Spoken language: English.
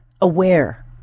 aware